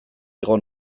igo